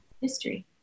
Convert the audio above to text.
history